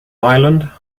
island